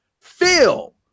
Phil